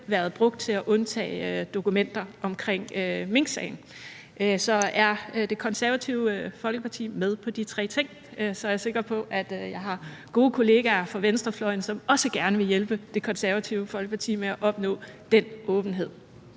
været brugt til at undtage dokumenter omkring minksagen. Så hvis Det Konservative Folkeparti er med på de tre ting, er jeg sikker på, at jeg har gode kollegaer fra venstrefløjen, som også gerne vil hjælpe Det Konservative Folkeparti med at opnå den åbenhed.